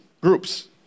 groups